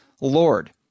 Lord